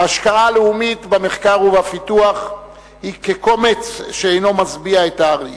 ההשקעה הלאומית במחקר ובפיתוח היא כקומץ שאינו משביע את הארי.